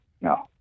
no